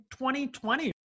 2020